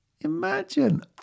Imagine